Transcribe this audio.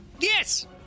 Yes